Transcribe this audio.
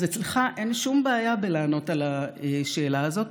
אצלך אין שום בעיה לענות על השאלה הזאת,